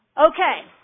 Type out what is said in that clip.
Okay